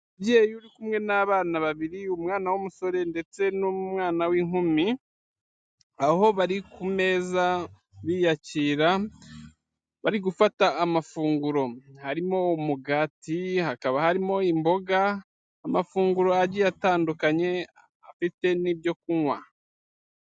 Umubyeyi uri kumwe n'abana babiri, umwana w'umusore ndetse n'umwana w'inkumi aho bari ku meza biyakira bari gufata amafunguro harimo , umugati, hakaba harimo imboga, amafunguro agiye atandukanye afite n'ibyo kunywa.